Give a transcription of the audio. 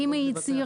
ואם היא הצהירה?